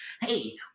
Hey